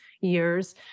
years